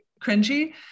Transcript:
cringy